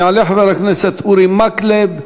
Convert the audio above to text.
יעלה חבר הכנסת אורי מקלב,